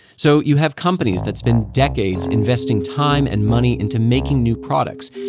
so you have companies that spend decades investing time and money into making new products,